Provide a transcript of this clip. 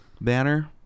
banner